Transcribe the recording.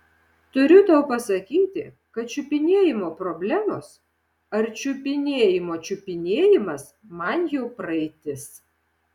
turiu tau pasakyti kad čiupinėjimo problemos ar čiupinėjimo čiupinėjimas man jau praeitis